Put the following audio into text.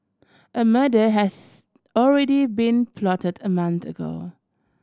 a murder has already been plotted a month ago